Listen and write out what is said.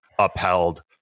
Upheld